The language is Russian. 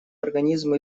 организмы